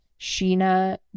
sheena